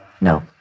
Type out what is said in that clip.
No